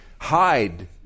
hide